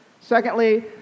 Secondly